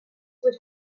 would